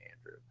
andrew